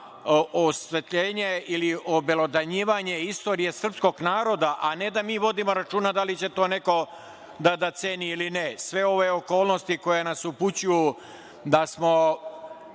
osvetljenje ili obelodanjivanje istorije srpskog naroda, a ne da mi vodimo računa da li će to neko da ceni ili ne. Sve ove okolnosti koje nas upućuju da smo